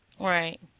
Right